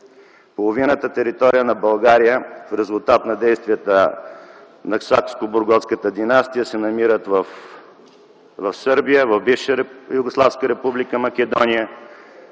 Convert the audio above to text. половината територия на България в резултат на действията на Сакскобургготската династия се намират в Сърбия, в бивша Югославска република Македония,